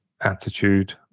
attitude